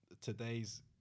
today's